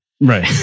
Right